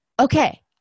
Okay